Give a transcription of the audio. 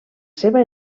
seva